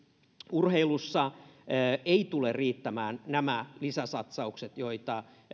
urheilussa eivät tule riittämään nämä lisäsatsaukset joita